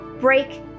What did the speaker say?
break